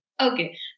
Okay